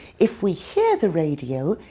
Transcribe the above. if we hear the radio,